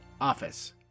office